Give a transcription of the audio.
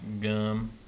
Gum